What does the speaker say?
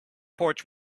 porch